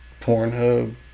Pornhub